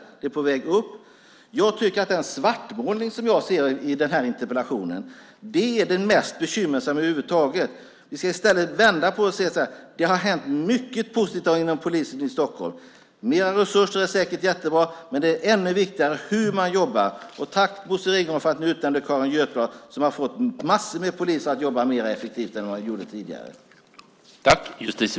Antalet är på väg upp. Jag tycker att den svartmålning som jag ser i den här interpellationen är det mest bekymmersamma över huvud taget. Vi ska i stället vända på detta och säga: Det har hänt mycket positivt inom polisen i Stockholm. Det är säkert jättebra med mer resurser. Men det är ännu viktigare hur man jobbar. Och tack Bosse Ringholm för att ni utnämnde Carin Götblad som har fått massor av poliser att jobba mer effektivt än de gjorde tidigare.